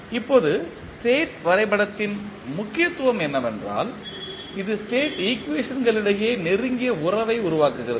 இப்போது ஸ்டேட் வரைபடத்தின் முக்கியத்துவம் என்னவென்றால் இது ஸ்டேட் ஈக்குவேஷன்களிடையே நெருங்கிய உறவை உருவாக்குகிறது